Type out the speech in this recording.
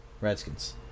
Redskins